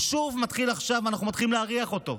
שוב מתחיל עכשיו, אנחנו מתחילים להריח אותו.